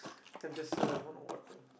you can just have a of water